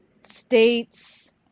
states